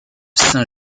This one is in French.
saint